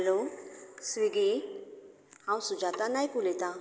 hello Swiggy हांव सुजाता नायक उलयतां